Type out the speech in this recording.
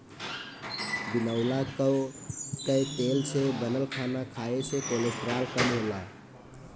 बिनौला कअ तेल से बनल खाना खाए से कोलेस्ट्राल कम होला